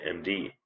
MD